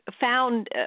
found